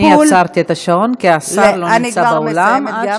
אני עצרתי את השעון, כי השר לא נמצא באולם.